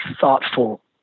thoughtful